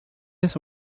his